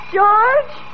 George